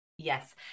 Yes